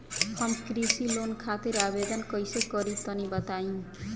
हम कृषि लोन खातिर आवेदन कइसे करि तनि बताई?